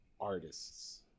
artists